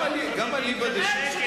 זה זכויות של שודדים ואלה שודדים זכויות,